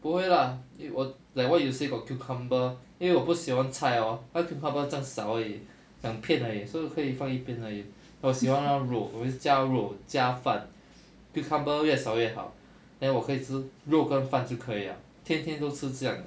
不会 lah 我 like what you say got cucumber 因为我不喜欢菜 hor 他 cucumber 这样少而已两片而已 so 可以放一边而已我喜欢那个肉我会加肉加饭 cucumber 越少越好 then 我可以吃肉跟饭就可以了天天都吃这样